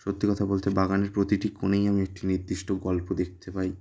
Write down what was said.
সত্যি কথা বলতে বাগানের প্রতিটি কোণেই আমি একটি নিদ্দিষ্ট গল্প দেখতে পাই